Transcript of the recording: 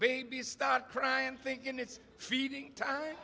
baby start crying thinking it's feeding time